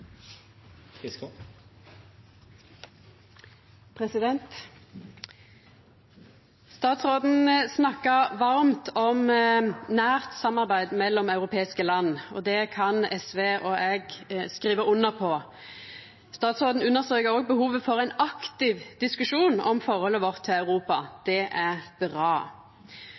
varmt om nært samarbeid mellom europeiske land, og det kan SV og eg skriva under på. Utanriksministeren understreka òg behovet for ein aktiv diskusjon om forholdet vårt til Europa. Det er bra.